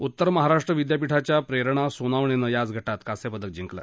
उत्तर महाराष्ट्र विद्यापीठाच्या प्रेरणा सोनावणेनं याच गाति कांस्य पदक जिंकलं